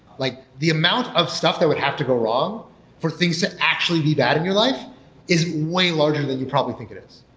like the amount of stuff that would have to go wrong for things to actually be bad in your life is way larger than you probably think it is.